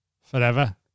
forever